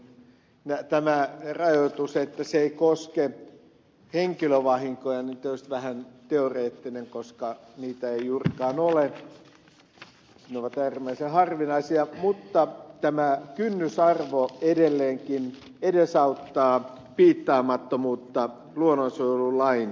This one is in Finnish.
tämä rajoitus että se ei koske henkilövahinkoja on tietysti vähän teoreettinen koska niitä ei juurikaan ole ne ovat äärimmäisen harvinaisia mutta tämä kynnysarvo edelleenkin edesauttaa piittaamattomuutta luonnonsuojelulain suhteen